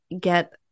get